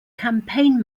campaign